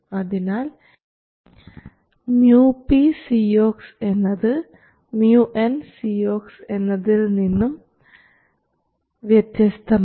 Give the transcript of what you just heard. അതിനാൽ µpCox എന്നത് µnCox എന്നതിൽ നിന്നും വ്യത്യസ്തമാണ്